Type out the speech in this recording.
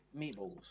meatballs